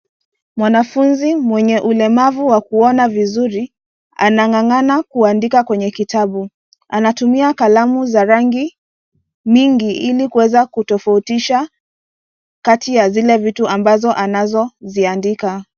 Mwanafunzi mwenye ulemavu wa kuona vizuri anang'ang'ana kuandika kwenye kitabu. Anatumia kalamu za rangi mingi ili kuweza kutofautisha kati ya zile vitu ambazo anazoziandika.